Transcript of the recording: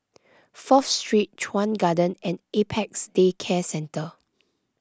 Fourth Street Chuan Garden and Apex Day Care Centre